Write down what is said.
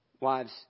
wives